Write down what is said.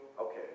Okay